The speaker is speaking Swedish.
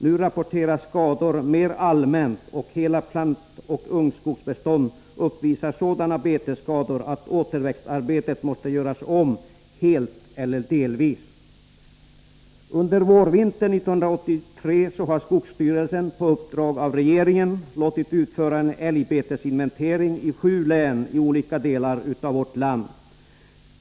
Nu rapporteras skador mer allmänt, och hela plantoch ungskogsbestånd uppvisar sådana betesskador att återväxtarbetet måste göras om helt eller delvis. Under vårvintern 1983 har skogsstyrelsen, på uppdrag av regeringen, låtit utföra en älgbetesinventering i sju län i olika delar av vårt land.